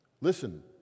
Listen